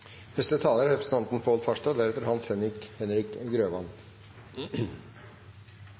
Neste taler er representanten